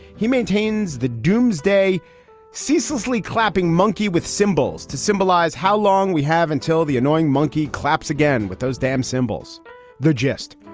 he maintains the doomsday ceaselessly clapping monkey with symbols to symbolize how long we have until the annoying monkey claps again with those damn symbols the gist?